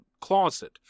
closet